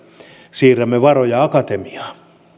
siirrämme varoja akatemiaan